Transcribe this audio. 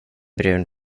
brun